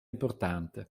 importante